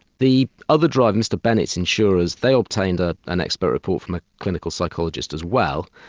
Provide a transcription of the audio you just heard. the other driver mr bennett's insurers, they obtained ah an expert report from a clinical psychologist as well,